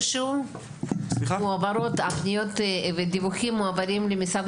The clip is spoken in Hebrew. הפניות והדיווחים מועברים למשרד